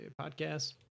podcast